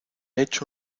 hecho